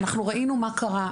אנחנו ראינו מה קרה,